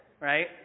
right